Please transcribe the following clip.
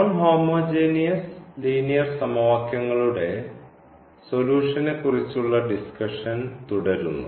non homogeneous linear സമവാക്യങ്ങളുടെ സൊല്യൂഷനെക്കുറിച്ചുള്ള discussion തുടരുന്നു